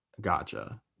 Gotcha